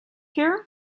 here